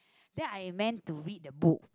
then I meant to read the book